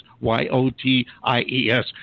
Y-O-T-I-E-S